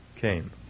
came